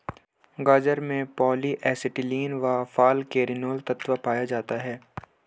गाजर में polyacetylene व फालकैरिनोल तत्व पाया जाता है